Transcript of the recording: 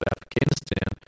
Afghanistan